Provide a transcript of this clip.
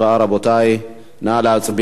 רבותי, נא להצביע.